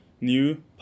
new